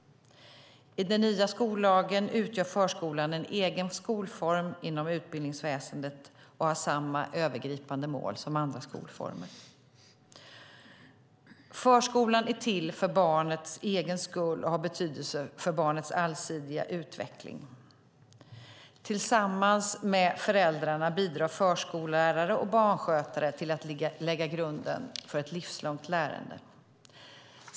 I den nya skollagen utgör förskolan en egen skolform inom utbildningsväsendet och har samma övergripande mål som andra skolformer. Förskolan är till för barnets egen skull och har betydelse för barnets allsidiga utveckling. Tillsammans med föräldrarna bidrar förskollärare och barnskötare till att lägga grunden för ett livslångt lärande.